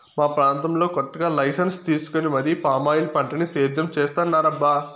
మా ప్రాంతంలో కొత్తగా లైసెన్సు తీసుకొని మరీ పామాయిల్ పంటని సేద్యం చేత్తన్నారబ్బా